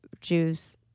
Jews